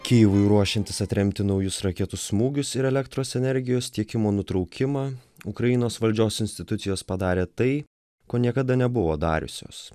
kijevui ruošiantis atremti naujus raketų smūgius ir elektros energijos tiekimo nutraukimą ukrainos valdžios institucijos padarė tai ko niekada nebuvo dariusios